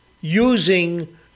using